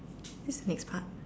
this is next part